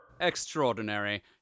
Extraordinary